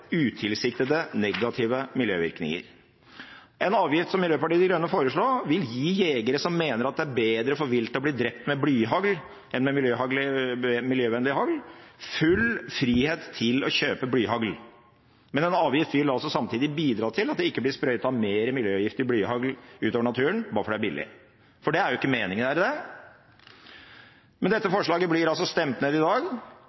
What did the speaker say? utilsiktede, negative miljøvirkninger. En avgift som den Miljøpartiet De Grønne foreslår, vil gi jegere som mener at det er bedre for viltet å bli drept med blyhagl enn med miljøvennlig hagl, full frihet til å kjøpe blyhagl, men en avgift vil samtidig bidra til at det ikke blir sprøytet mer miljøgiftig blyhagl utover i naturen bare fordi det er billig. For det er jo ikke meningen – er det det? Men dette forslaget blir altså stemt ned i dag.